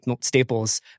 Staples